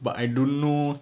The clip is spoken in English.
but I don't know